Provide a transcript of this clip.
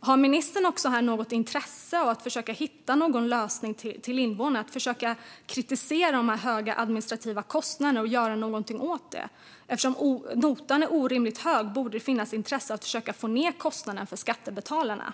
Har ministern något intresse av att försöka hitta någon lösning till invånarna, kritisera de höga administrativa kostnaderna och göra någonting åt det? Eftersom notan är orimligt hög borde det finnas ett intresse av att försöka få ned kostnaderna för skattebetalarna.